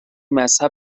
مذهب